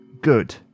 Good